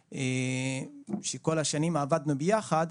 שכל השנים עבדנו ביחד,